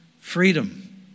Freedom